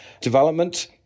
development